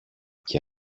και